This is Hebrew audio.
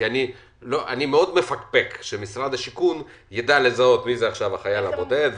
אני מאוד מפקפק בזה שמשרד השיכון ידע לזהות מי זה עכשיו חייל בודד,